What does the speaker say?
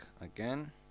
again